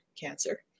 cancer